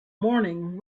morning